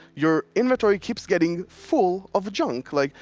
your inventory keeps getting full of junk. like,